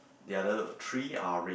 the other three are red